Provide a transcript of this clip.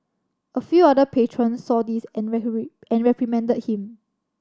a few other patrons saw this and reprimand reprimanded him